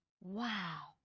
Wow